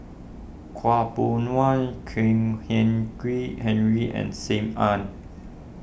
Khaw Boon Wan Kwek Hian Chuan Henry and Sim Ann